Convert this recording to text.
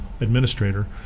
administrator